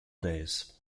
days